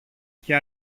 και